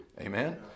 amen